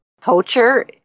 Poacher